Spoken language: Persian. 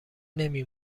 نمی